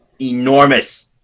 enormous